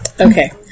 Okay